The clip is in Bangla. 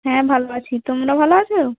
হ্যাঁ ভালো আছি তোমরা ভালো আছো